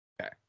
Okay